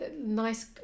nice